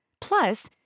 Plus